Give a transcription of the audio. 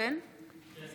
עשר